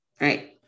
right